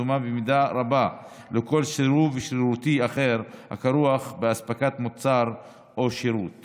הדומה במידה רבה לכל סירוב שרירותי אחר הכרוך באספקת מוצר או שירות